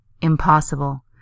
Impossible